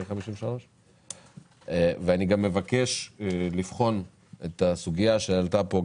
53'. אני גם מבקש לבחון את הסוגיה שעלתה פה,